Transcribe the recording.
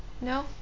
No